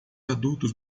adultos